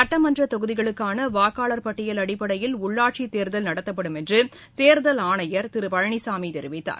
சட்டமன்றதொகுதிகளுக்கானவாக்காளர் பட்டியல் அடிப்படையில் உள்ளாட்சி தேர்தல் நடத்தப்படும் என்றுதோ்தல் ஆணையர் திருபழனிசாமிதெரிவித்தார்